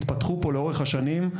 התפתחו פה לאורך השנים,